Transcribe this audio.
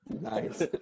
Nice